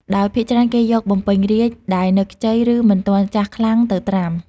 ដោយភាគច្រើនគេយកបំពេញរាជ្យដែលនៅខ្ចី ឬមិនទាន់ចាស់ខ្លាំងទៅត្រាំ។